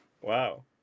Wow